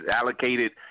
allocated